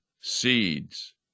seeds